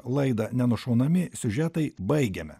laidą nenušaunami siužetai baigiame